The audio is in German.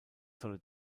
solle